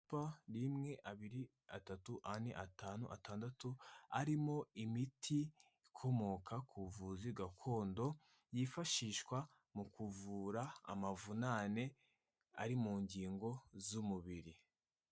Amacupa rimwe, abiri, atatu, ane, atanu, atandatu, arimo imiti ikomoka ku buvuzi gakondo yifashishwa mu kuvura amavunane ari mu ngingo z'umubiri.